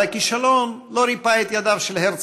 אבל הכישלון לא ריפה את ידיו של הרצל.